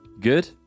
Good